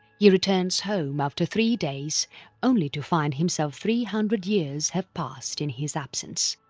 he returns home after three days only to find himself three hundred years have passed in his absence.